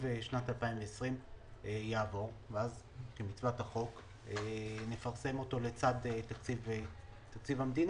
שנת 2020 יעבור ואז נפרסם אותו לצד תקציב המדינה.